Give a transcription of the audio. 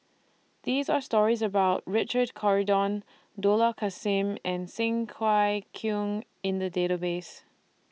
These Are stories about Richard Corridon Dollah Kassim and Cheng Wai Keung in The Database